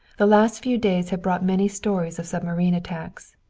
the last few days had brought many stories of submarine attacks.